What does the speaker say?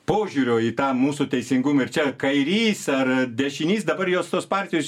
požiūrio į tą mūsų teisingumą ir čia kairys ar dešinys dabar jos tos partijos